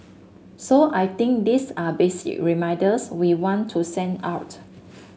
so I think these are basic reminders we want to send out